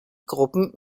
gruppen